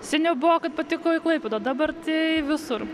seniau buvo kad patiko į klaipėdą dabar tai visur